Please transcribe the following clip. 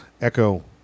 Echo